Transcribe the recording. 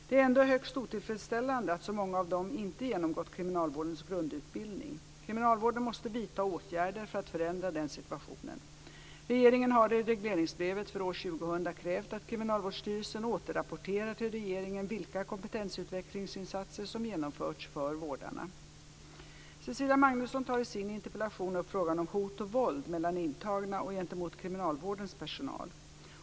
Det är ändå högst otillfredsställande att så många av dem inte genomgått kriminalvårdens grundutbildning. Kriminalvården måste vidta åtgärder för att förändra denna situation. Regeringen har i regleringsbrevet för år 2000 krävt att Kriminalvårdsstyrelsen återrapporterar till regeringen vilka kompetensutvecklingsinsatser som genomförts för vårdarna. Cecilia Magnusson tar i sin interpellation upp frågan om hot och våld mellan intagna och gentemot kriminalvårdens personal.